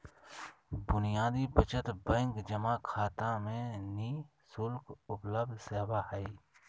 बुनियादी बचत बैंक जमा खाता में नि शुल्क उपलब्ध सेवा हइ